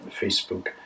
Facebook